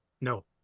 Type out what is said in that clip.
No